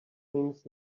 things